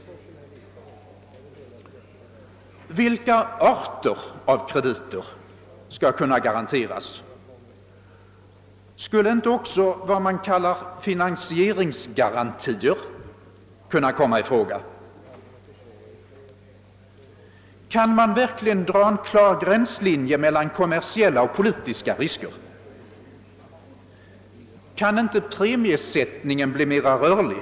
Vilka arter av krediter skall kunna garanteras? Skulle inte också vad man kallar »finansieringsgarantier» kunna komma i fråga? Kan man verkligen dra en klar gränslinje mellan kommersiella och politiska risker? Kan inte premiesättningen bli mera rörlig?